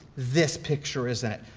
this picture is in it.